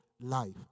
life